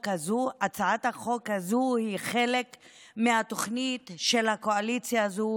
הזאת: הצעת החוק הזאת היא חלק מהתוכנית של הקואליציה הזו,